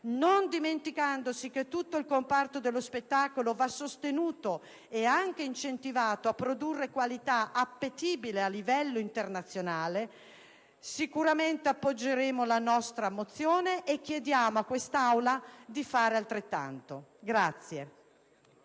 non dimenticandosi che tutto il comparto dello spettacolo va sostenuto e anche incentivato a produrre qualità appetibile a livello internazionale, voteremo a favore della nostra mozione e chiediamo a quest'Aula di fare altrettanto.